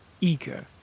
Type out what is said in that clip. eager